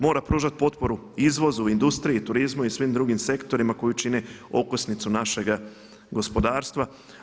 Mora pružat potporu izvozu, industriji, turizmu i svim drugim sektorima koji čine okosnicu našega gospodarstva.